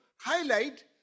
highlight